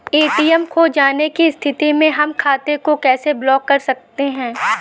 ATM खो जाने की स्थिति में हम खाते को कैसे ब्लॉक कर सकते हैं?